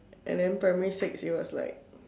and then primary six it was like